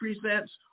presents